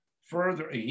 further